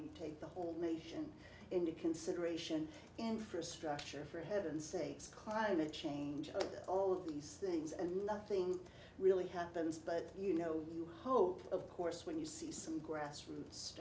t take the whole nation in the consideration infrastructure for heaven's sakes climate change all these things and nothing really happens but you know you hope of course when you see some grassroots